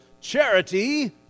charity